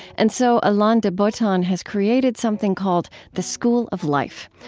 and so alain de botton has created something called the school of life,